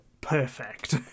perfect